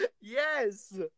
Yes